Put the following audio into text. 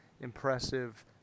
Impressive